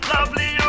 Lovely